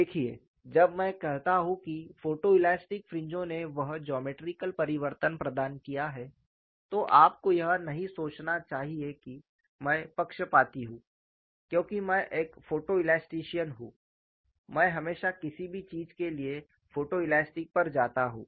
देखिए जब मैं कहता हूं कि फोटोइलास्टिक फ्रिंजों ने वह जोमेट्रिकल परिवर्तन प्रदान किया है तो आपको यह नहीं सोचना चाहिए कि मैं पक्षपाती हूं क्योंकि मैं एक फोटोइल्यास्टिशिएन हूं मैं हमेशा किसी भी चीज के लिए फोटोलेस्टिक पर जाता हूं